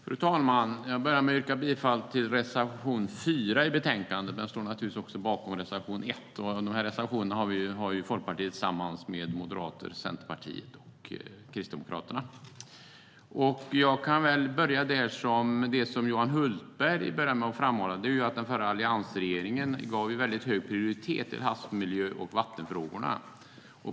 Fru talman! Jag börjar med att yrka bifall till reservation 4 i betänkandet, men jag står naturligtvis bakom reservation 1. Dessa reservationer har Folkpartiet tillsammans med Moderaterna, Centerpartiet och Kristdemokraterna. Jag börjar med det som Johan Hultberg framhöll, nämligen att den förra alliansregeringen gav hög prioritet åt havsmiljö och vattenfrågorna.